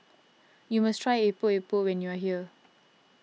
you must try Epok Epok when you are here